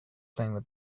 playing